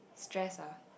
stress ah